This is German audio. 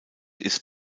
ist